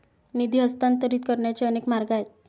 निधी हस्तांतरित करण्याचे अनेक मार्ग आहेत